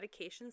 medications